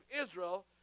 Israel